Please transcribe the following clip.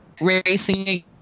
racing